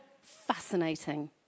fascinating